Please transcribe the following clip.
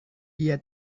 dia